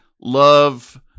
love